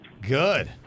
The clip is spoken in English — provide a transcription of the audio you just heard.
Good